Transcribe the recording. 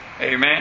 Amen